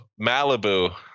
Malibu